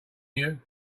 you